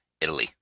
Italy